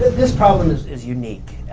this problem is is unique,